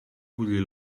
bullir